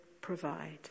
provide